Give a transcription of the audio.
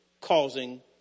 causing